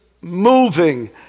moving